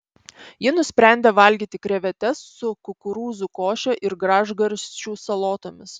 ji nusprendė valgyti krevetes su kukurūzų koše ir gražgarsčių salotomis